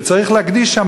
שצריך להקדיש שם,